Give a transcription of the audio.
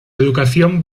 educación